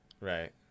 Right